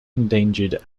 endangered